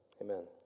amen